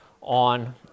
on